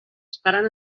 estaran